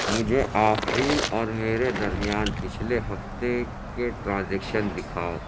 مجھے آفرین اور میرے درمیان پچھلے ہفتے کے ٹرانزیکشن دکھاؤ